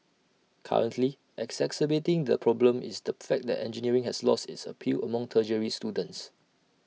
currently exacerbating the problem is the fact that engineering has lost its appeal among tertiary students